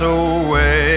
away